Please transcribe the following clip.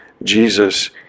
Jesus